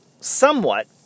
somewhat